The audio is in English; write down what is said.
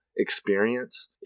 experience